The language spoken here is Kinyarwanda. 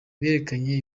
berekanye